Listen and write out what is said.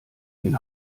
den